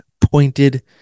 pointed